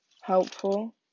helpful